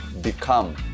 Become